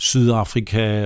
Sydafrika